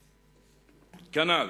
כנ"ל,